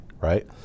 right